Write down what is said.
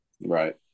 Right